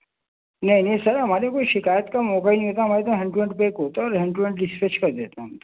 نہیں نہیں سر ہماری کوٮٔی شایت کا موقع ہی نہیں ہوتا ہمارے ہینڈ ٹو ہینڈ پیک ہوتا ہے اور ہینڈ ٹو ہینڈ ڈسپیچ کر دیتا ہم تو